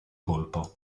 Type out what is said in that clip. colpo